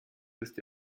ist